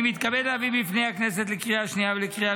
אני מתכבד להביא לפני הכנסת לקריאה השנייה ולקריאה